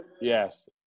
yes